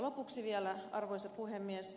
lopuksi vielä arvoisa puhemies